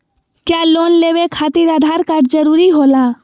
क्या लोन लेवे खातिर आधार कार्ड जरूरी होला?